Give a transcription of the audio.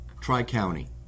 tri-county